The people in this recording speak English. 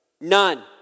None